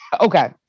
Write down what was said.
Okay